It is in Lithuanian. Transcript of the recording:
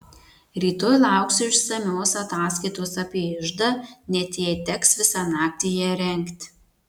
rytoj lauksiu išsamios ataskaitos apie iždą net jei teks visą naktį ją rengti